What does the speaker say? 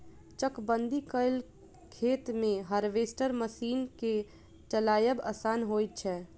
चकबंदी कयल खेत मे हार्वेस्टर मशीन के चलायब आसान होइत छै